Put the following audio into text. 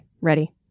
ready